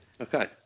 Okay